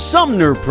Sumner